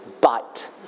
bite